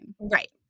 right